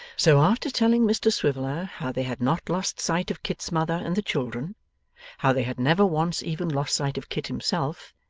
so, after telling mr swiveller how they had not lost sight of kit's mother and the children how they had never once even lost sight of kit himself,